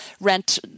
rent